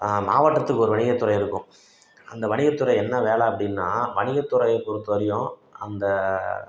மாவட்டத்துக்கு ஒரு வணிகத்துறை இருக்கும் அந்த வணிகத்துறை என்ன வேலை அப்படின்னா வணிகத்துறையை பொறுத்த வரையும் அந்த